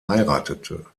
heiratete